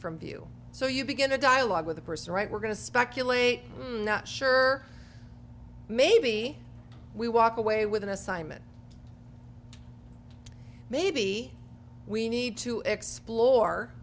from view so you begin a dialogue with the person right we're going to speculate not sure maybe we walk away with an assignment maybe we need to explore